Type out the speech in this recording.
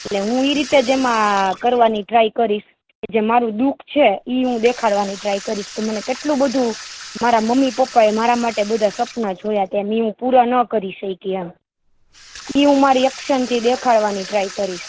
એટલે હું એ રીતે જ એમાં કરવાની ટ્રાય કરીશ જે મારું દુઃખ છે એ હું દેખાડવાની ટ્રાય કરીશ કે મને કેટલું બધું મારા મમ્મી પપ્પાએ મારા માટે બધાં સપના જોયા હતા અન એ હું પુરા ન કરી શકી એમ એ હું મારી એક્શનથી દેખાડવાની ટ્રાય કરીશ